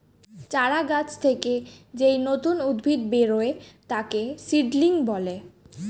চারা গাছ থেকে যেই নতুন উদ্ভিদ বেরোয় তাকে সিডলিং বলে